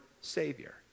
savior